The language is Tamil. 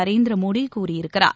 நரேந்திர மோதி கூறியிருக்கிறார்